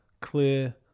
clear